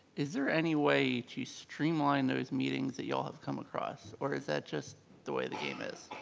is there any way to streamline those meetings that you all have come across? or is that just the way the game is?